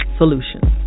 solutions